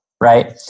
right